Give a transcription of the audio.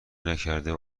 نکردند